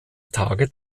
tage